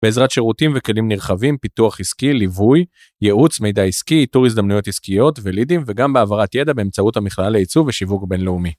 בעזרת שירותים וכלים נרחבים, פיתוח עסקי, ליווי, ייעוץ, מידע עסקי, איתור הזדמנויות עסקיות ולידים, וגם העברת ידע באמצעות המכללה לייצוא ושיווק בינלאומי.